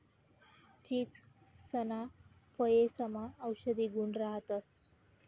चीचसना फयेसमा औषधी गुण राहतंस